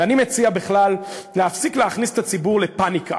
ואני מציע בכלל להפסיק להכניס את הציבור לפניקה.